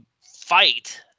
fight